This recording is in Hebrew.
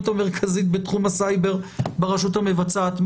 המרכזית בתחום הסייבר ברשות המבצעת,